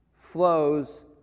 flows